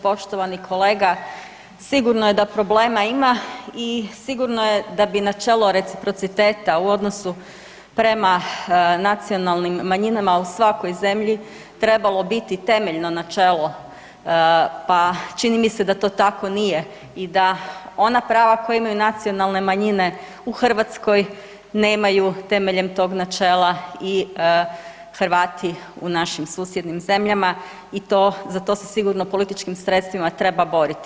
Poštovani kolega, sigurno je da problema ima i sigurno je da bi načelo reciprociteta u odnosu prema nacionalnim manjinama u svakoj zemlji trebalo biti temeljno načelo, pa čini mi se da to tako nije i da ona prava koja imaju nacionalne manje u Hrvatskoj nemaju temeljem tog načela i Hrvati u našim susjednim zemljama i za to se sigurno političkim sredstvima treba boriti.